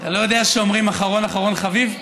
אתה לא יודע שאומרים: אחרון אחרון חביב?